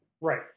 Right